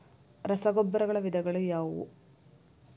ರಸಗೊಬ್ಬರಗಳ ವಿಧಗಳು ಯಾವುವು?